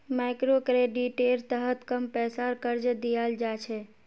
मइक्रोक्रेडिटेर तहत कम पैसार कर्ज दियाल जा छे